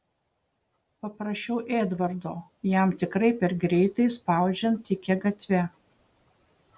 paprašiau edvardo jam tikrai per greitai spaudžiant tykia gatve